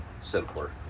simpler